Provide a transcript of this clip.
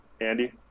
Andy